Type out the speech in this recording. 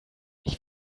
ich